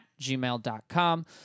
gmail.com